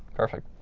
perfect.